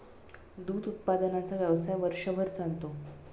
दूध उत्पादनाचा व्यवसाय वर्षभर चालतो